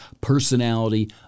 personality